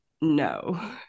no